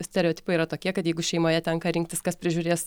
stereotipai yra tokie kad jeigu šeimoje tenka rinktis kas prižiūrės